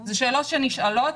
אלה שאלות שנשאלות,